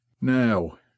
Now